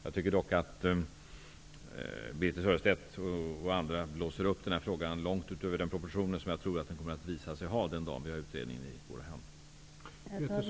Jag tycker att Birthe Sörestedt och andra blåser upp den här frågan långt över de proportioner den kommer att visa sig ha den dag när vi har utredningen i våra händer.